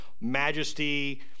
majesty